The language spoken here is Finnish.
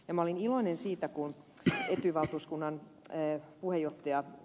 olin iloinen siitä kun etyj valtuuskunnan puheenjohtaja ed